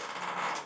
ya